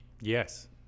Yes